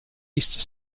east